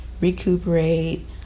recuperate